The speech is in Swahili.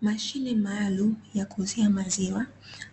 Mashine maalumu ya kuuzia maziwa